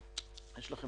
הישיבה